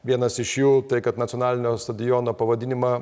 vienas iš jų tai kad nacionalinio stadiono pavadinimą